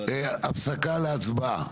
אה, הפסקה להצבעה.